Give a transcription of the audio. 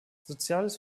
soziales